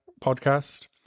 podcast